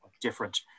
different